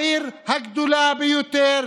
העיר הגדולה ביותר,